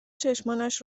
چشمانش